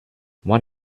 what